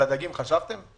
על הדגים חשבתם?